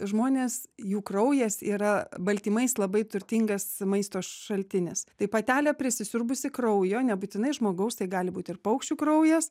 žmonės jų kraujas yra baltymais labai turtingas maisto šaltinis tai patelė prisisiurbusi kraujo nebūtinai žmogaus tai gali būti ir paukščių kraujas